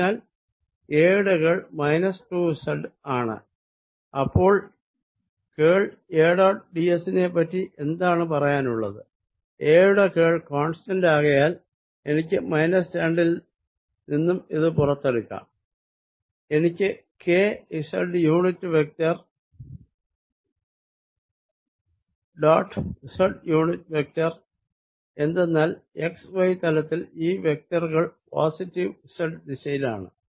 അതിനാൽ എയുടെ curl 2z ആണ്അപ്പോൾ കേൾ A ഡോട്ട് ds നെ പ്പറ്റി എന്താണ് പറയാനുള്ളത് A യുടെ കേൾ കോൺസ്റ്റന്റ് ആകയാൽ എനിക്ക് 2 ൽ നിന്നും ഇത് പുറത്തെടുക്കാം എനിക്ക് k z unit vector dot z unit vector എന്തെന്നാൽ xy പ്ളേനിൽ ഈ വെക്റ്ററുകൾ പോസിറ്റീവ് z ദിശയിലാണ്